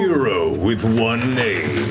hero with one name.